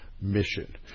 mission